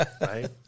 right